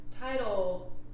title